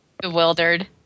Bewildered